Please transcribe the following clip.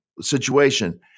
situation